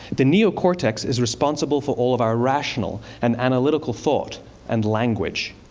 the neocortex is responsible for all of our rational and analytical thought and language.